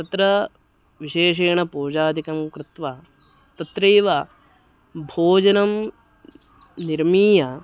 तत्र विशेषेण पूजादिकं कृत्वा तत्रैव भोजनं निर्मीय